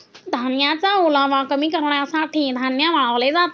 धान्याचा ओलावा कमी करण्यासाठी धान्य वाळवले जाते